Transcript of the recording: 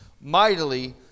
mightily